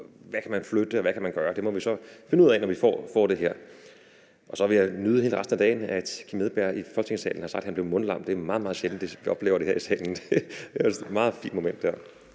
hvad man kan flytte, og hvad man kan gøre, må vi jo så finde ud af, når vi får det her. Og så vil jeg nyde hele resten af dagen, at hr. Kim Edberg Andersen i Folketingssalen har sagt, at han blev mundlam. Det er meget, meget sjældent, at vi oplever det her i salen. Det var et meget fint moment.